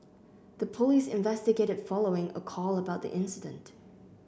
the police investigated following a call about the incident